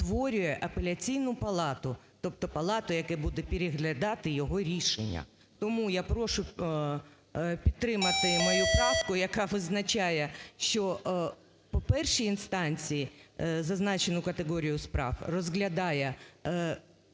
Апеляційну палату, тобто палату, яка буде переглядати його рішення. Тому я прошу підтримати мою правку, яка визначає, що по першій інстанції зазначену категорію справ розглядає Вищий